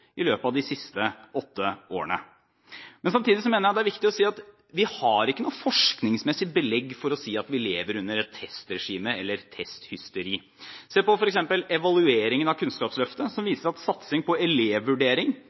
i løpet av de siste åtte årene. Samtidig mener jeg det er viktig å si at vi ikke har noe forskningsmessig belegg for å si at vi lever under et testregime eller et testhysteri. Se på f.eks. evalueringen av Kunnskapsløftet, som viser at satsing på elevvurdering